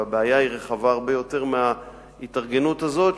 והבעיה היא רחבה הרבה יותר מההתארגנות הזאת,